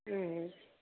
उम